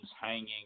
hanging